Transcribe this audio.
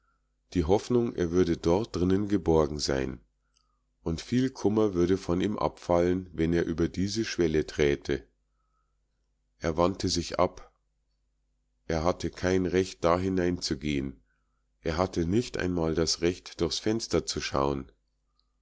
die hoffnung er würde dort drinnen geborgen sein und viel kummer würde von ihm abfallen wenn er über diese schwelle träte er wandte sich ab er hatte kein recht da hinein zu gehen er hatte nicht einmal das recht durchs fenster zu schauen